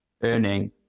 earning